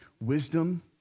wisdom